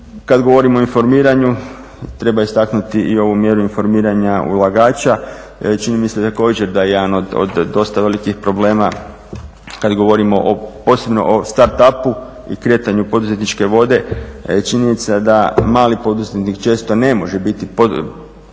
Kad govorimo o informiranju treba istaknuti i ovu mjeru informiranja ulagača, čini mi se također da jedan od dosta velikih problema kad govorimo posebno o start up-u i kretanju u poduzetničke vode je činjenica da mali poduzetnik često ne može biti detaljno